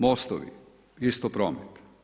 Mostovi, isto promet.